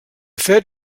fet